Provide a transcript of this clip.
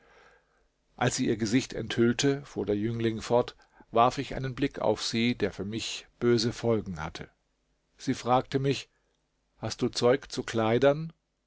als sie ihr gesicht enthüllte fuhr der jüngling fort warf ich einen blick auf sie der für mich böse folgen hatte sie fragte mich hast du zeug zu kleidern